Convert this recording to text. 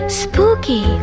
spooky